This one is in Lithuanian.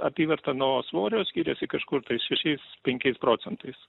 apyvarta nuo svorio skiriasi kažkur tai šiais penkiais procentais